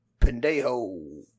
Pendejo